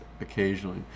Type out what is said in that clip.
occasionally